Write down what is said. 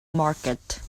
market